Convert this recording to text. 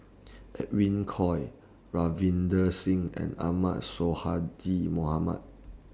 Edwin Koek Ravinder Singh and Ahmad Sonhadji Mohamad